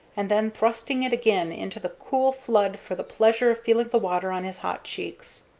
and then thrusting it again into the cool flood for the pleasure of feeling the water on his hot cheeks.